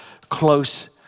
close